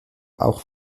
auch